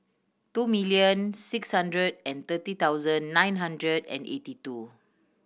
two million six hundred and thirty thousand nine hundred and eighty two